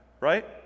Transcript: right